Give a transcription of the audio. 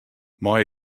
mei